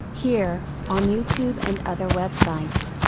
here, on youtube and other websites!